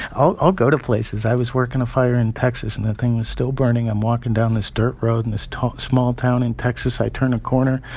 i'll i'll go to places. i was working a fire in texas, and that thing was still burning. i'm walking down this dirt road in this small town in texas. i turn a corner,